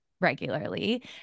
regularly